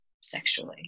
sexually